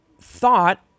thought